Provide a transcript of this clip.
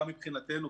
גם מבחינתנו,